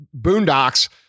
boondocks